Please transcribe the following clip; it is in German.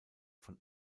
von